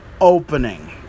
opening